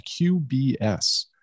qbs